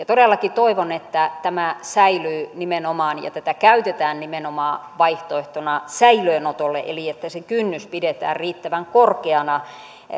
todellakin toivon että tämä säilyy nimenomaan ja tätä käytetään nimenomaan vaihtoehtona säilöönotolle eli että se kynnys pidetään riittävän korkeana